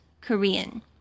Korean